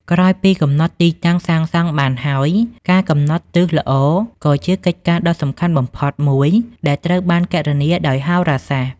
ក្រោយពីកំណត់ទីតាំងសាងសង់បានហើយ ការកំណត់ទិសល្អក៏ជាកិច្ចការដ៏សំខាន់បំផុតមួយដែលត្រូវគណនាដោយហោរាសាស្ត្រ។